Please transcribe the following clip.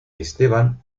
esteban